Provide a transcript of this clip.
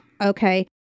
Okay